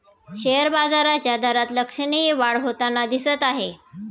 share बाजाराच्या दरात लक्षणीय वाढ होताना दिसत आहे